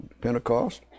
Pentecost